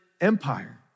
Empire